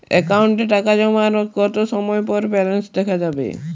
অ্যাকাউন্টে টাকা জমার কতো সময় পর ব্যালেন্স দেখা যাবে?